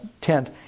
tent